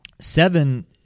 Seven